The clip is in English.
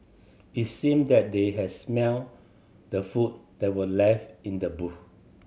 it seemed that they had smelt the food that were left in the boot